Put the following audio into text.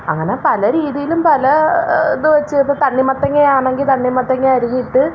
അങ്ങനെ പല രീതിയിലും പല ഇത് വെച്ച് തണ്ണിമത്തങ്ങാ ആണെങ്കിൽ തണ്ണിമത്തങ്ങാ അരിഞ്ഞിട്ട്